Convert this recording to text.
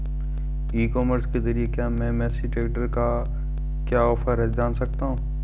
ई commerce के ज़रिए क्या मैं मेसी ट्रैक्टर का क्या ऑफर है जान सकता हूँ?